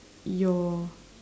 your